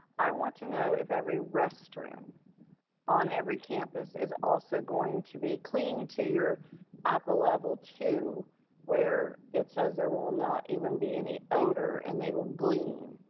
i want to know if every restroom on every campus is also going to be cleaned to your appa level ii where it says there will not even be any odor and they will gleam.